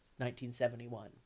1971